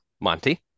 Monty